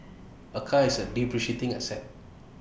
A car is depreciating asset